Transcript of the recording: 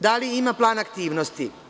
Da li ima plan aktivnosti?